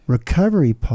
Recovery